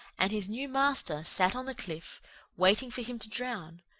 and his new master sat on the cliff waiting for him to drown,